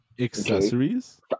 Accessories